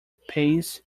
pace